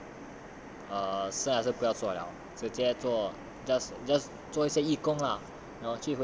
我想 err 还是不要做 lah 直接做 just just 做一些义工 ah